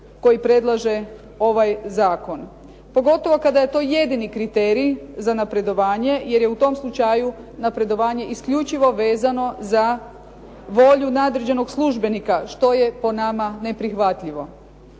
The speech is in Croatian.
koji predlaže ovaj zakon pogotovo kada je to jedini kriterij za napredovanje, jer je u tom slučaju napredovanje isključivo vezano za volju nadređenog službenika što je po nama neprihvatljivo.